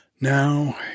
Now